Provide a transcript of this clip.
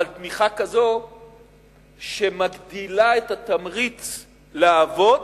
אבל תמיכה שמגדילה את התמריץ לעבוד,